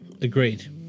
Agreed